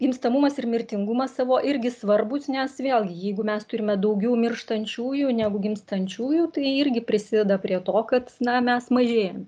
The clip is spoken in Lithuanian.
gimstamumas ir mirtingumas savo irgi svarbūs nes vėlgi jeigu mes turime daugiau mirštančiųjų negu gimstančiųjų tai irgi prisideda prie to kad na mes mažėjam